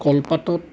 কলপাতত